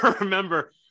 remember